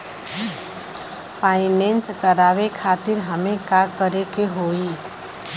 Finance करावे खातिर हमें का करे के होई?